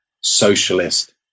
socialist